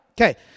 Okay